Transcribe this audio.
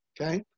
Okay